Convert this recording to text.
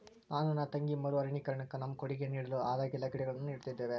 ನಾನು ನನ್ನ ತಂಗಿ ಮರು ಅರಣ್ಯೀಕರಣುಕ್ಕ ನಮ್ಮ ಕೊಡುಗೆ ನೀಡಲು ಆದಾಗೆಲ್ಲ ಗಿಡಗಳನ್ನು ನೀಡುತ್ತಿದ್ದೇವೆ